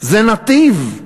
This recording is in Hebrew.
זה נתיב,